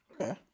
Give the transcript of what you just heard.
Okay